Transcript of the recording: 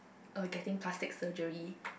of getting plastic surgery